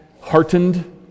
heartened